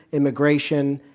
immigration,